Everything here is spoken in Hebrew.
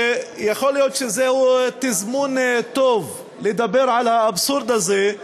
ויכול להיות שזה תזמון טוב לדבר על האבסורד הזה,